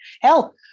hell